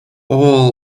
all